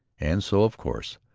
and so, of course,